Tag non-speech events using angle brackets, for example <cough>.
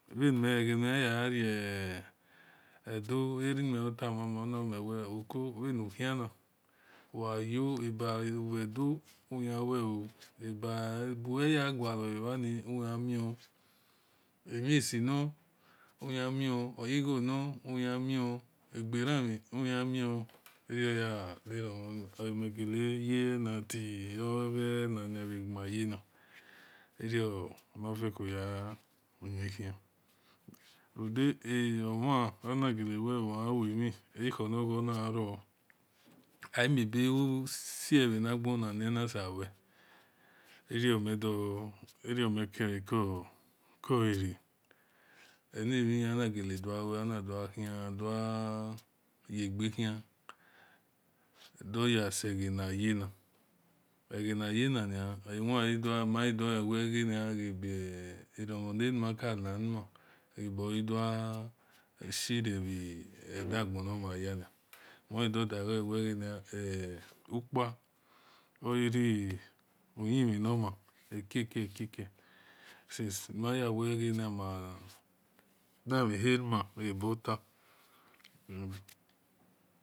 Bhegheni mel yan yaghanie edo erimel or tamamel ona wel oko bhenu khian ughu yo ebalu bhe edo uyan lue ooo ebuwe ya gualor bha ni uyan mion emhiesi nor uyan mion igho egbera-mhen uyan mion irio ya olimegele ye elenu <hesitation> oghena bhegima yenu erio-ma feko ya gha iwe khirunde omhen ona gele-wel ole bhe yan ive mhi ekhor nor ghor na gha ro amie be sie bhena gbona neya shaa lue irio <hesitation> mel kolere ene-mhi ana gele doghe lue ana dor gha khian yeghe khian doyasel ghe na yena, eghe na yena ni ewan ma ghi do gha len we ghe eromhon nerima ka nani ma ebo ghi do gha si re bhe daghon no nu hiania moghi do daghole ghe ukpa o ghi ru-yin-mhin-nor ma ekeke since nimu ya wel ghe nia ma da mhe he̠ rima eboter <hesitation>